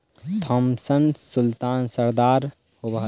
Thompson sultana रसदार होब हई